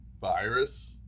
virus